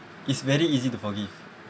it's very easy to forgive